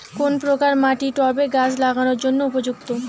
কোন প্রকার মাটি টবে গাছ লাগানোর জন্য উপযুক্ত?